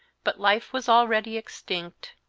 but life was already extinct.